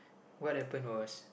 what happen was